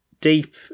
deep